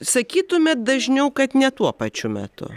sakytumėt dažniau kad ne tuo pačiu metu